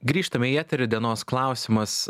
grįžtame į eterį dienos klausimas